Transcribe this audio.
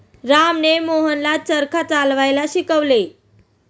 रामने मोहनला चरखा चालवायला शिकवले